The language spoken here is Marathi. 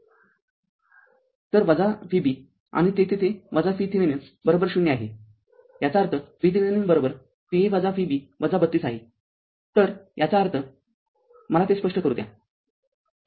तर Vb आणि तेथे ते VThevenin ० आहे याचा अर्थ VThevenin Va Vb ३२ आहे तरयाचा अर्थमला ते स्पष्ट करू द्या